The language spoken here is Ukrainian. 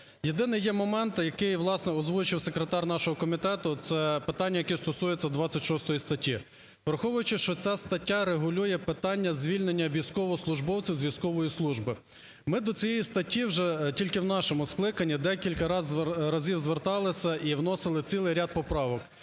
Єдине, є момент, який, власне, озвучив секретар нашого комітету, це питання, яке стосується 26 статті. Враховуючи, що ця стаття регулює питання звільнення військовослужбовців з військової служби, ми до цієї статті вже тільки у нашому скликанні декілька разів зверталися і вносили цілий ряд поправок.